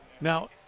Now